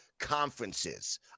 conferences